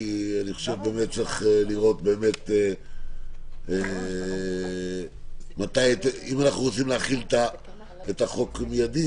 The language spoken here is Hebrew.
שבאמת צריך לחשוב על העניין של להחיל את החוק מיידית,